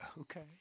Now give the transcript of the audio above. okay